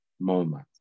moment